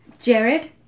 Jared